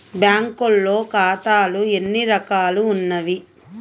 బ్యాంక్లో ఖాతాలు ఎన్ని రకాలు ఉన్నావి?